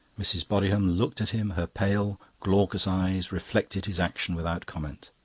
mrs. bodiham looked at him her pale, glaucous eyes reflected his action without comment.